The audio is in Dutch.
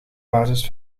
basis